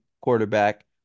quarterback